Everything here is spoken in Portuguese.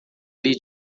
lhe